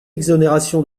exonération